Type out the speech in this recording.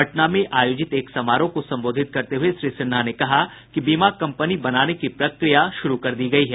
पटना में आयोजित एक समारोह को संबोधित करते हुए श्री सिन्हा ने कहा कि बीमा कंपनी बनाने की प्रक्रिया शुरू कर दी गयी है